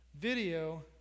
video